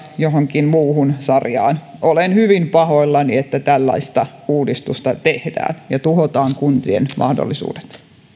johonkin muuhun sarjaan puolan kanssa olen hyvin pahoillani että tällaista uudistusta tehdään ja tuhotaan kuntien mahdollisuudet